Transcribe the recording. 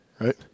right